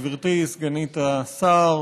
גברתי סגנית השר,